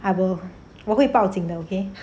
I will 我会报警的 okay